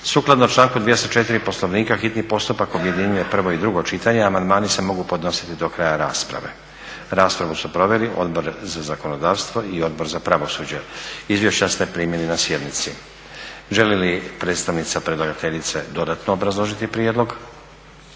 Sukladno članku 204. Poslovnika hitni postupak objedinjuje prvo i drugo čitanje, a amandmani se mogu podnositi do kraja rasprave. Rasprave su proveli Odbor za zakonodavstvo i Odbor za pravosuđe. Izvješća ste primili na sjednici. Želi li predstavnica predlagateljice dodatno obrazložiti prijedlog?